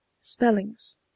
spellings